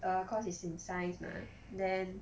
err cause it's in science mah then